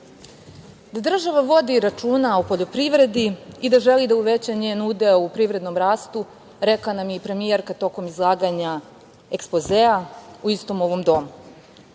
država vodi računa o poljoprivredi i da želi da uveća njen udeo u privrednom rastu rekla nam je i premijerka tokom izlaganja ekspozea u istom ovom domu.